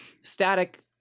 static